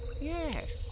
Yes